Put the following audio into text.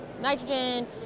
nitrogen